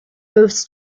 moves